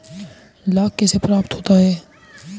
लाख कैसे प्राप्त होता है?